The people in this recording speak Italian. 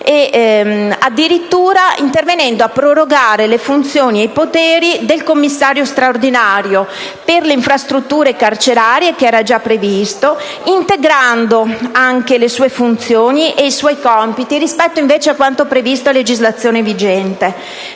addirittura prorogando le funzioni e i poteri del commissario straordinario per le infrastrutture carcerarie, che era già previsto, integrando anche le sue funzioni e i suoi compiti, rispetto a quanto previsto a legislazione vigente.